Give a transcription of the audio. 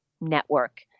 network